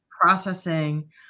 processing